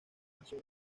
nació